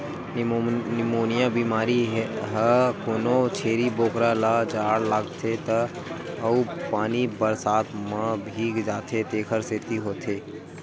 pneumonia बेमारी ह कोनो छेरी बोकरा ल जाड़ लागथे त अउ पानी बरसात म भीग जाथे तेखर सेती होथे